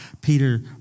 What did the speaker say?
Peter